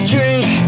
Drink